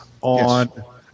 on